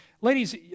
Ladies